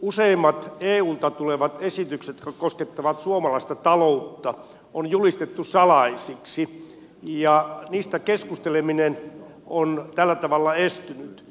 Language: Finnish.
useimmat eulta tulevat esitykset jotka koskettavat suomalaista taloutta on julistettu salaisiksi ja niistä keskusteleminen on tällä tavalla estynyt